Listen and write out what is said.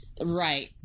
Right